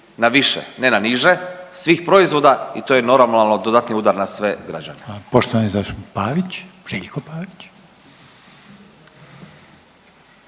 na više ne na niže svih proizvoda i to je normalno dodatni udar na sve građane.